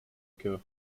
cœur